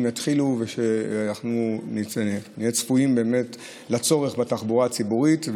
יתחילו ושנהיה צפויים לצורך בתחבורה הציבורית,